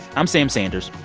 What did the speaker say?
i'm sam sanders.